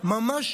ממש